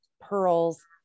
pearls